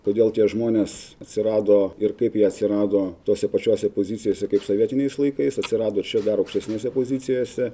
kodėl tie žmonės atsirado ir kaip jie atsirado tose pačiose pozicijose kaip sovietiniais laikais atsirado čia dar aukštesnėse pozicijose